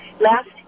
last